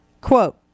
Quote